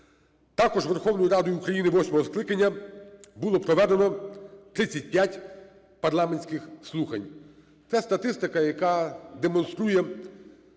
Також Верховною Радою восьмого скликання було проведено 35 парламентських слухань. Це статистика, яка демонструє